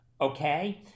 Okay